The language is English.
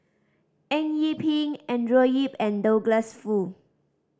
Eng Yee Peng Andrew Yip and Douglas Foo